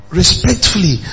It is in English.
respectfully